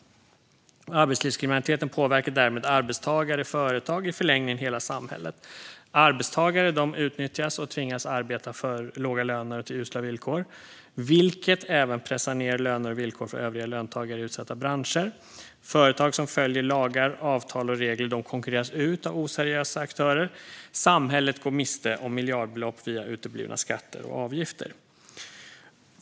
Arbetslivskriminaliteten påverkar därmed arbetstagare, företag och i förlängningen hela samhället. Arbetstagare utnyttjas och tvingas arbeta till låga löner och usla villkor, vilket även pressar ned löner och villkor för övriga löntagare i utsatta branscher. Företag som följer lagar, avtal och regler konkurreras ut av oseriösa aktörer. Samhället går miste om miljardbelopp via uteblivna skatter och avgifter.